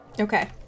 Okay